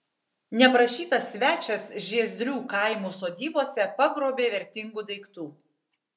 neprašytas svečias žiezdrių kaimų sodybose pagrobė vertingų daiktų